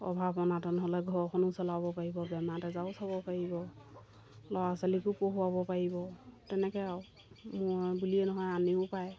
অভাৱ অনাটন হ'লে ঘৰখনো চলাব পাৰিব বেমাৰ আজাৰো চাব পাৰিব ল'ৰা ছোৱালীকো পঢ়োৱাব পাৰিব তেনেকৈ আৰু মই বুলিয়ে নহয় আনেও পাৰে